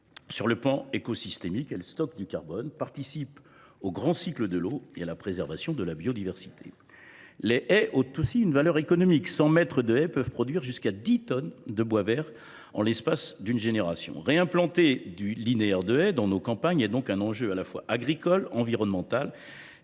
Sur le plan écosystémique, elles stockent du carbone, participent au grand cycle de l’eau et à la préservation de la biodiversité. Les haies ont aussi une valeur économique : 100 mètres de haies peuvent produire jusqu’à 10 tonnes de bois vert en l’espace d’une génération. Réimplanter des linéaires de haies dans nos campagnes est donc un enjeu à la fois agricole, environnemental